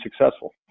successful